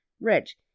Rich